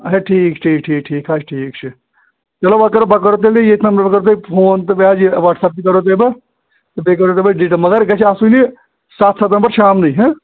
اچھا ٹھیٖک ٹھیٖک ٹھیٖک ٹھیٖک حظ چھِ ٹھیٖک چھِ چَلو وۄنۍ کَرو بہٕ تۄہہِ ییٚتھۍ نَمبرَس پٮ۪ٹھ فون تہٕ بیٚیہِ حظ یہِ وَٹسیپ تہِ کَرو تہٕ بیٚیہِ کَرو بہٕ تۄہہِ ڈیٖٹیل مگر گَژھِ آسُن یہِ سَتھ سَتَمبر شامنٕے ہہ